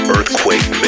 Earthquake